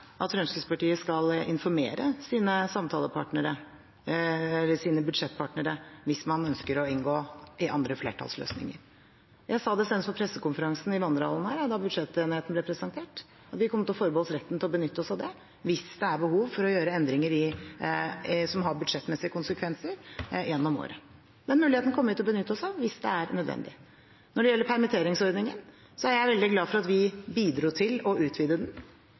at Fremskrittspartiet skal informere sine budsjettpartnere hvis man ønsker å inngå i andre flertallsløsninger. Jeg sa det senest på pressekonferansen i vandrehallen da budsjettenigheten ble presentert, at vi kommer til å forbeholde oss retten til å benytte oss av det hvis det er behov for å gjøre endringer som har budsjettmessige konsekvenser gjennom året. Den muligheten kommer vi til å benytte oss av hvis det er nødvendig. Når det gjelder permitteringsordningen, er jeg veldig glad for at vi bidro til å utvide den.